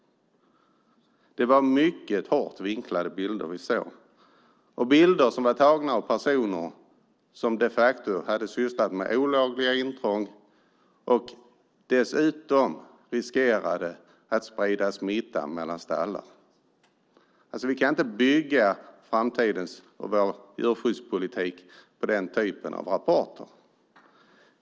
Det var mycket hårt vinklade bilder som vi såg. Det var bilder som var tagna av personer som de facto hade sysslat med olaga intrång och som dessutom riskerade att sprida smitta mellan stallar. Vi kan inte bygga vår framtida djurskyddspolitik på den typen av rapporter.